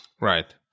right